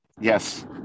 Yes